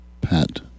Pat